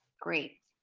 great.